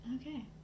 Okay